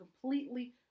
completely